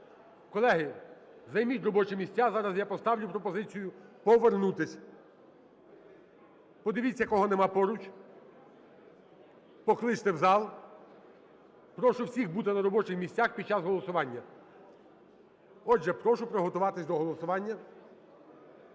Колеги, займіть робочі місця, зараз я поставлю пропозицію повернутися. Подивіться кого нема поруч, покличте в зал. Прошу всіх бути на робочих місцях під час голосування. Отже, прошу приготуватися до голосування.